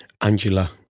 Angela